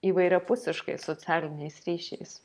įvairiapusiškai socialiniais ryšiais